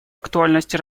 актуальности